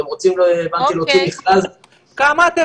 אתם רוצים להוציא מכרז --- לא,